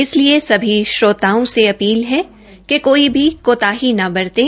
इसलिए सभी श्रोताओं से अपील है कि कोई भी कोताही न बरतें